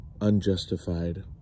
unjustified